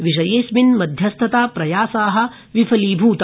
विषयेस्मिन् मध्यस्थता प्रयासा विफलीभूता